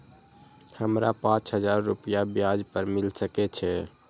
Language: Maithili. हमरा पाँच हजार रुपया ब्याज पर मिल सके छे?